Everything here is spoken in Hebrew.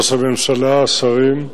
ראש הממשלה, השרים,